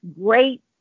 great